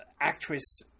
actress